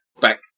back